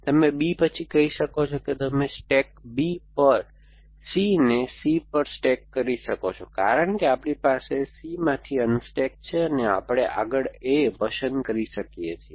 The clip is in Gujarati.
તમે B પછી કહી શકો છો કે તમે સ્ટેક B પર C ને C પર સ્ટેક કરી શકો છો અને કારણ કે આપણી પાસે C માંથી અનસ્ટૅક છે આપણે આગળ A પસંદ કરી શકીએ છીએ